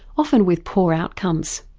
often with poor outcomes.